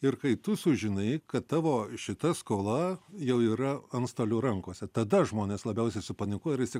ir kai tu sužinai kad tavo šita skola jau yra antstolių rankose tada žmonės labiausiai supanikuoja ir išsi